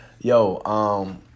Yo